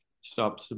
stop